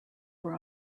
were